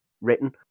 written